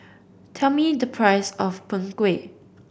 tell me the price of Png Kueh